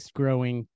growing